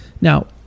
Now